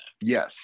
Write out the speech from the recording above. Yes